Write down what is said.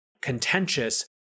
contentious